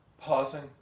pausing